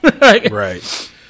right